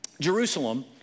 Jerusalem